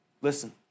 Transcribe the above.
listen